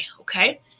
Okay